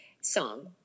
song